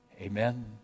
Amen